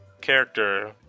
character